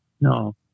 no